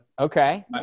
Okay